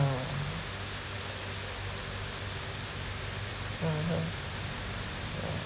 mmhmm mm